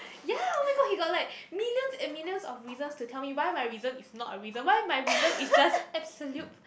ya oh-my-god he got like millions and millions of reasons to tell me why my reason is not a reason why my reason is just absolute